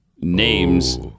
names